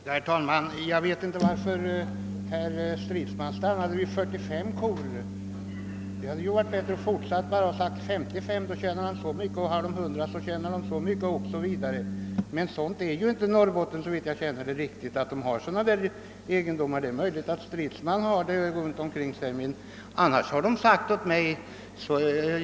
Herr talman! Jag vet inte varför herr Stridsman i sin exemplifiering stannade vid 45 kor. Det hade väl varit bättre att fortsätta och säga att om en jordbrukare har 55 kor tjänar han så och så mycket, om han har 100 kor tjänar han så mycket 0. s. v. Såvitt jag vet har emellertid Norrbotten inte egendomar av den storleksordningen. Det är möjligt att sådana finns i de trakter där herr Stridsman bor.